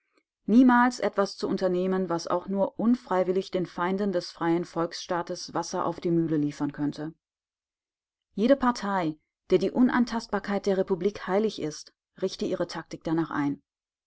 niemals etwas zu unternehmen was auch nur unfreiwillig den feinden des freien volksstaates wasser auf die mühle liefern könnte jede partei der die unantastbarkeit der republik heilig ist richte ihre taktik danach ein